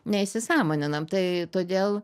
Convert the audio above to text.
neįsisąmoninam tai todėl